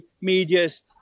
media's